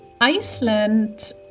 Iceland